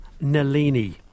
Nalini